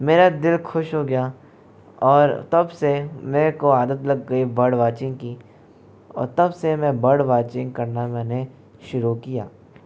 मेरा दिल खुश हो गया और तब से मेरे को आदत लग गयी बर्ड वाचिंग की और तब से मैं बर्ड वाचिंग करना मैंने शुरू किया